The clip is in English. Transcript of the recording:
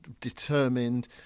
determined